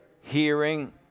hearing